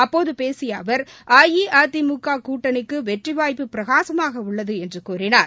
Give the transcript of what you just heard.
அப்போது பேசிய அவர் அஇஅதிமுக கூட்டணிக்கு வெற்றி வாய்ப்பு பிரகாசமாக உள்ளது என்று கூறினார்